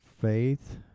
Faith